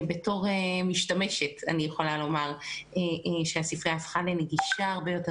בתור משתמשת אני יכולה לומר שהספרייה הפכה לנגישה הרבה יותר